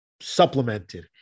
supplemented